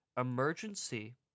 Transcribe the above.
emergency